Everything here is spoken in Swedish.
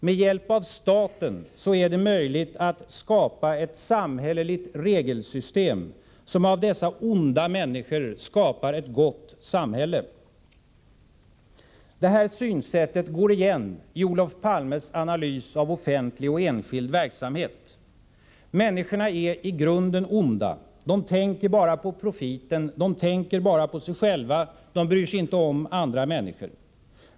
Med hjälp av staten är det möjligt att ”skapa ett samhälleligt regelsystem som av dessa onda människor skapar ett gott samhälle”. Det här synsättet går igen i Olof Palmes analys av offentlig och enskild verksamhet: Människorna är i grunden onda. De tänker bara på profiten. De tänker bara på sig själva. De bryr sig inte om andra människor.